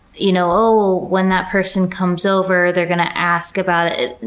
you know when that person comes over, they're going to ask about it.